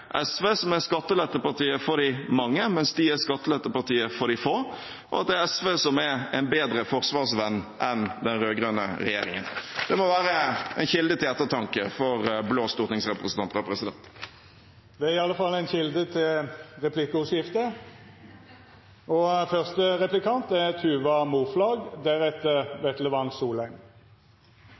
SV som er skattelettepartiet for de mange, mens de er skattelettepartiene for de få, og at SV er en bedre forsvarsvenn enn den rød-grønne regjeringen. Det må være en kilde til ettertanke for blå stortingsrepresentanter. Det er i alle fall ei kjelde til replikkordskifte